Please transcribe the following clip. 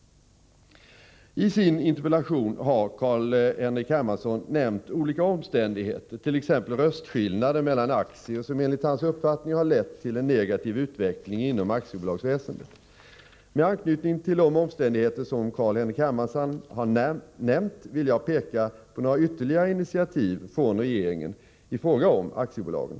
I sin interpellation har Carl-Henrik Hermansson nämnt olika omständigheter —t.ex. röstskillnader mellan aktier —som enligt hans uppfattning har lett till en negativ utveckling inom aktiebolagsväsendet. Med anknytning till de omständigheter som Carl-Henrik Hermansson har nämnt vill jag peka på några ytterligare initiativ från regeringen i fråga om aktiebolagen.